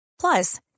plus